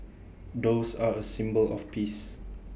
doves are A symbol of peace